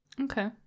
Okay